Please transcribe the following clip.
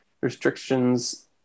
restrictions